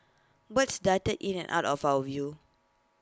birds darted in and out of our view